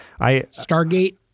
Stargate